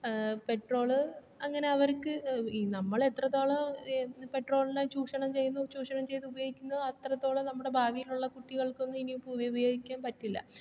petrol അങ്ങനെ അവർക്ക് ഈ നമ്മളെത്രത്തോളം പെട്രോളിനെ ചൂഷണം ചെയ്യുന്നു ചൂഷണം ചെയ്തുപയോഗിക്കുന്നോ അത്രത്തോളം നമ്മുടെ ഭാവിയിലുള്ള കുട്ടികൾക്കൊന്നും ഇനി ഉപയോഗിക്കാൻ പറ്റില്ല